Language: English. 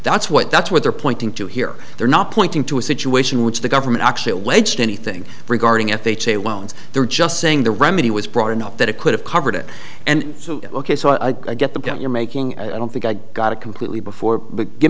that's what that's what they're pointing to here they're not pointing to a situation which the government actually alleged anything regarding f h a loans they're just saying the remedy was broad enough that it could have covered it and so ok so a get the point you're making i don't think i got it completely before